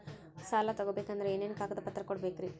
ಸಾಲ ತೊಗೋಬೇಕಂದ್ರ ಏನೇನ್ ಕಾಗದಪತ್ರ ಕೊಡಬೇಕ್ರಿ?